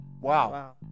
wow